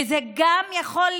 וזה גם יכול,